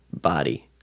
body